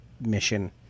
mission